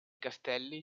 castelli